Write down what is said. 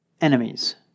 enemies